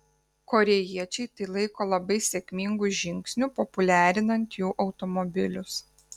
korėjiečiai tai laiko labai sėkmingu žingsniu populiarinant jų automobilius